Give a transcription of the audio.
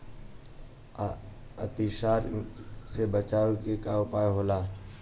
अतिसार से बचाव के उपाय का होला?